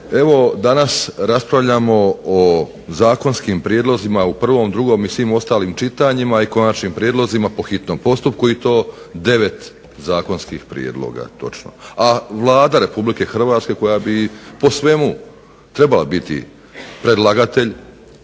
evo danas raspravljamo o zakonskim prijedlozima u prvom, drugom i svim ostalim čitanjima i ostalim prijedlozima po hitnom prijedlogu i to 9 zakonskih prijedloga točno. A Vlada Republike Hrvatske koja bi po svemu trebala biti predlagatelj